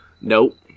Nope